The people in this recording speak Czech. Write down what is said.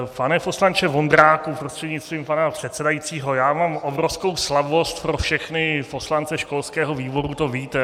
Pane poslanče Vondráku prostřednictvím pana předsedajícího, já mám obrovskou slabost pro všechny poslance školského výboru, to víte.